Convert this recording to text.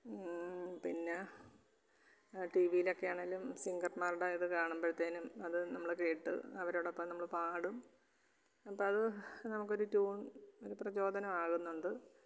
പിന്നെ ടീവിയിലൊക്കെ ആണേലും സിംഗർമാരുടെ ഇത് കാണുമ്പഴത്തേന്നും അത് നമ്മള് കേട്ട് അവരോടൊപ്പം നമ്മള് പാടും അപ്പം അത് നമുക്കൊരു ട്യൂൺ ഒരു പ്രജോദനം ആകുന്നുണ്ട്